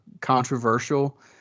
controversial